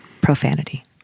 profanity